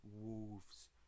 Wolves